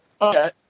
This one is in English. Okay